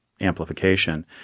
amplification